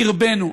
מקרבנו.